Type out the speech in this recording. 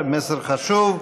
מסר חשוב.